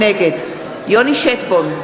נגד יוני שטבון,